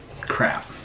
crap